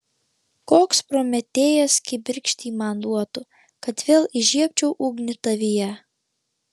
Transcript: koks prometėjas kibirkštį man duotų kad vėl įžiebčiau ugnį tavyje